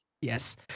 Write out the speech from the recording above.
yes